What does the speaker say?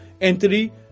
entity